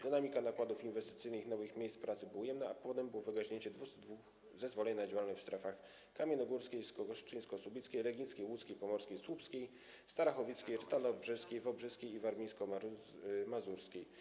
Dynamika nakładów inwestycyjnych i nowych miejsc pracy była ujemna, a powodem było wygaśnięcie 202 zezwoleń na działalność w strefach kamiennogórskiej, kostrzyńsko-słubickiej, legnickiej, łódzkiej, pomorskiej, słupskiej, starachowickiej, tarnobrzeskiej, wałbrzyskiej i warmińsko-mazurskiej.